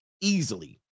easily